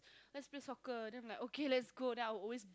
lets play soccer then I'm like okay lets go then I always